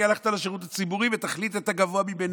כי הלכת לשירות הציבורי ותחליט את הגבוה מהם,